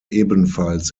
ebenfalls